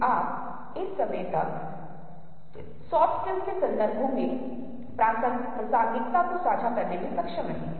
आज यहाँ भी हम फिर से अग्रभूमि और पृष्ठभूमि के बारे में बात कर रहे हैं